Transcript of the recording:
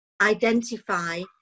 identify